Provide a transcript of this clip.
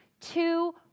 Two